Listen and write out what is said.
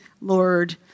Lord